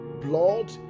blood